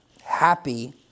happy